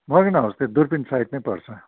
Morgan house चाहिँ दुर्पिन side नै पर्छ